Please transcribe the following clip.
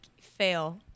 fail